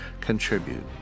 Contribute